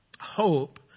hope